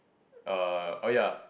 uh oh ya